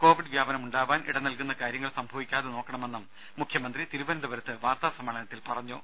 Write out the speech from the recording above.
Covid വ്യാപനം ഉണ്ടാവാൻ ഇട നൽകുന്ന കാര്യങ്ങൾ സംഭവിക്കാതെ നോക്കണമെന്നും മുഖ്യമന്ത്രി തിരുവനന്തപുരത്ത് വാർത്താസമ്മേളനത്തിൽ പറഞ്ഞു